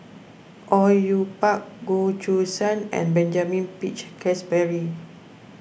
Au Yue Pak Goh Choo San and Benjamin Peach Keasberry